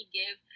give